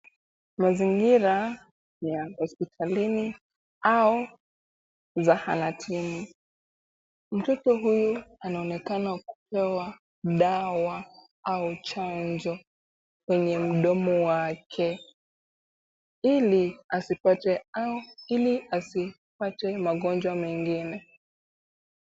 Mazingira ni ya hospitalini au zahanatini. Mtoto huyu anaonekana kupewa dawa au chanjo kwenye mdomo wake, ili asipate magonjwa mengine.